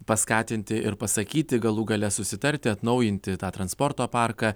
paskatinti ir pasakyti galų gale susitarti atnaujinti tą transporto parką